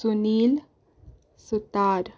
Sunil Sutar